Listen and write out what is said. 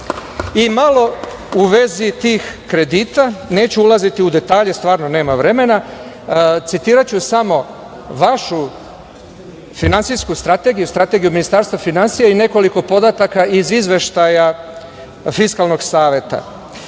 malo u vezi tih kredita, neću ulaziti u detalje, stvarno nema vremena, citiraću vašu finansijsku strategiju – strategiju Ministarstva finansija i nekoliko podataka iz izveštaja Fiskalnog saveta. Ovo